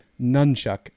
Nunchuck